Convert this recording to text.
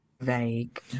vague